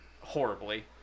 Horribly